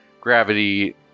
gravity